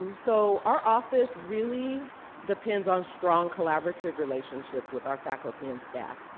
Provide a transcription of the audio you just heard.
um so, our office really depends on strong collaborative relationships with our faculty and staff.